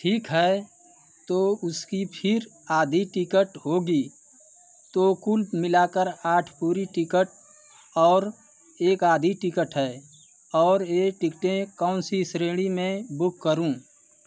ठीक है तो उसका फिर आधा टिकट होगा तो कुल मिलाकर आठ पूरा टिकट और एक आधा टिकट है और ये टिकटें कौन सी श्रेणी में बुक करूँ